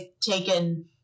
taken—